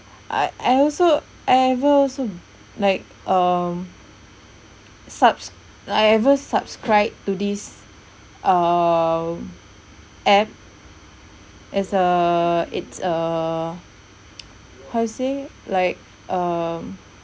I I also ever zoom like um subs~ I ever subscribe to this err app is err it's err how to say like um